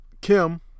Kim